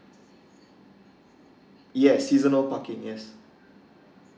yes seasonal parking yes